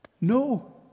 no